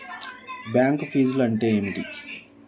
Bank ఫీజ్లు అంటే ఏమిటి?